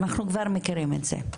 אנחנו כבר מכירים את זה,